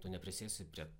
tu neprisėsi prie